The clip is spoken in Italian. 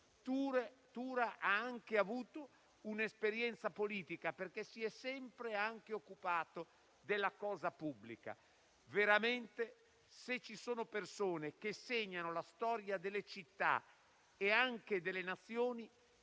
Tura ha anche avuto un'esperienza politica, perché si è sempre occupato anche della cosa pubblica. Veramente, se ci sono persone che segnano la storia delle città e anche delle Nazioni,